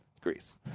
Greece